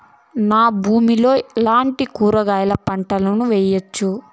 నా భూమి లో ఎట్లాంటి కూరగాయల పంటలు వేయవచ్చు?